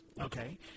Okay